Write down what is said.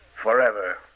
Forever